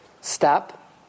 stop